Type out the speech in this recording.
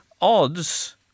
odds